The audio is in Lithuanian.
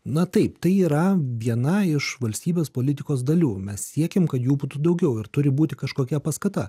na taip tai yra viena iš valstybės politikos dalių mes siekiam kad jų būtų daugiau ir turi būti kažkokia paskata